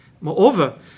Moreover